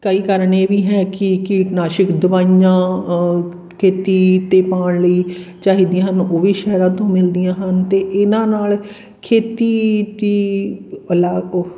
ਕਈ ਕਾਰਨ ਇਹ ਵੀ ਹੈ ਕਿ ਕੀਟਨਾਸ਼ਕ ਦਵਾਈਆਂ ਖੇਤੀ 'ਤੇ ਪਾਉਣ ਲਈ ਚਾਹੀਦੀਆਂ ਹਨ ਉਹ ਵੀ ਸ਼ਹਿਰਾਂ ਤੋਂ ਮਿਲਦੀਆਂ ਹਨ ਅਤੇ ਇਹਨਾਂ ਨਾਲ ਖੇਤੀ ਪੀ